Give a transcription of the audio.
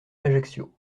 ajaccio